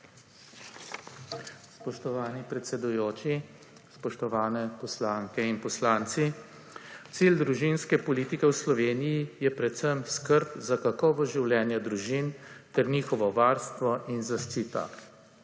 Spoštovani predsedujoči! Spoštovane poslanke in poslanci! Cilj družinske politike v Sloveniji je predvsem skrb za kakovost življenja družin ter njihovo varstvo in zaščita.